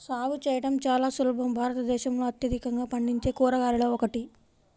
సాగు చేయడం చాలా సులభం భారతదేశంలో అత్యధికంగా పండించే కూరగాయలలో ఒకటి